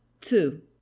two